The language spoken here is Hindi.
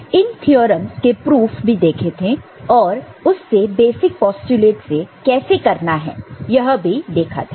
इन थ्योरमस के प्रूफ भी देखे थे और उससे बेसिक पोस्टयूलेट से कैसे करना है यह भी देखा था